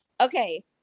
Okay